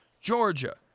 Georgia